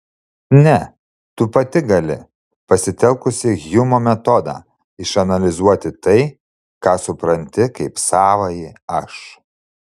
ne tu pati gali pasitelkusi hjumo metodą išanalizuoti tai ką supranti kaip savąjį aš